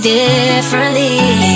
differently